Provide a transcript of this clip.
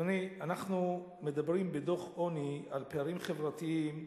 אדוני, אנחנו מדברים בדוח העוני על פערים חברתיים,